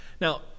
Now